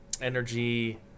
energy